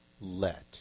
let